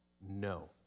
No